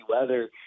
weather